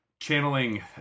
channeling